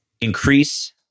increase